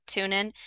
TuneIn